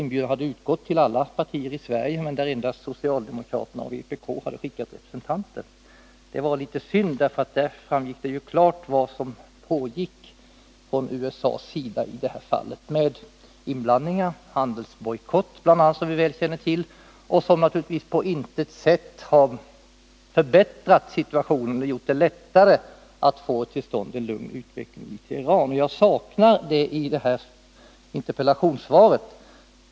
Inbjudan hade utgått till alla partier i Sverige, men endast socialdemokraterna och vpk skickade representanter, och det var synd. Där framgick det klart vad som pågick från USA:s sida, med bl.a. inblandningar och handelsbojkott, som vi väl känner till, och som naturligtvis på intet sätt har förbättrat situationen eller gjort det lättare att få till stånd en lugn utveckling i Iran. Jag saknar något om detta i interpellationssvaret.